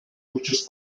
muchos